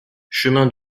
chemin